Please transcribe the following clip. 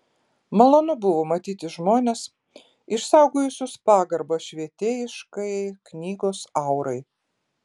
malonu buvo matyti žmones išsaugojusius pagarbą švietėjiškajai knygos aurai